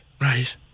Right